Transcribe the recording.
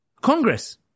Congress